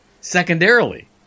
Secondarily